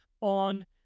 on